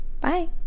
Bye